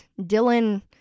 Dylan